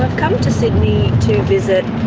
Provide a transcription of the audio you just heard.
come to sydney to visit